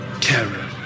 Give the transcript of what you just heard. Terror